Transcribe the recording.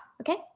Okay